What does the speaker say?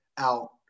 out